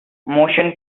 motion